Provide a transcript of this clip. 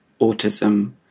autism